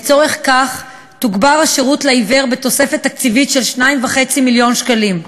לצורך זה תוגבר השירות לעיוור בתוספת תקציבית של 2.5 מיליון שקלים,